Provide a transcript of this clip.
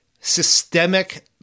systemic